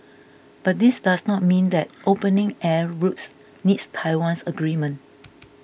but this does not mean that opening air routes needs Taiwan's agreement